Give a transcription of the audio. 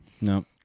No